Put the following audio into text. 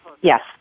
yes